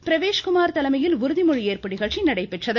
பிரவேஷ்குமார் தலைமையில் உறுதிமொழி ஏற்பு நிகழ்ச்சி நடைபெற்றது